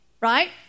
right